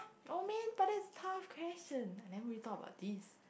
oh man but that's tough question I never really thought about this